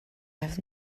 have